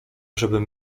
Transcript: żebym